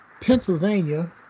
Pennsylvania